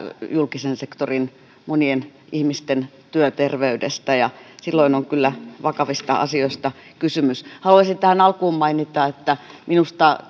julkisen sektorin monien ihmisten työterveydestä ja silloin on kyllä vakavista asioista kysymys haluaisin tähän alkuun mainita että minusta